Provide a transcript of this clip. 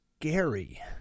scary